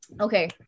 okay